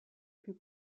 più